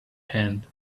hand